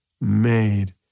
made